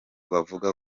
bavuga